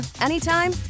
anytime